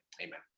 Amen